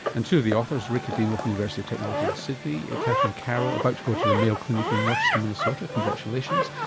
and two of the authors, rick iedema from the university of technology in sydney and katherine carroll, about to go to the mayo clinic in rochester, minnesota, congratulations,